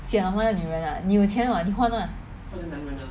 sian of 那个女人 ah 你有钱 [what] 你换 lah